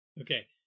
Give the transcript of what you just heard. Okay